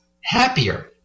happier